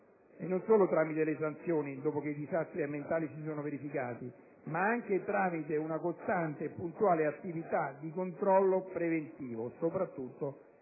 E non solo tramite le sanzioni dopo che i disastri ambientali si sono verificati, ma anche e soprattutto tramite una costante e puntuale attività di controllo preventivo; ciò, in